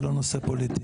זה לא נושא פוליטי.